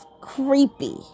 creepy